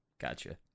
gotcha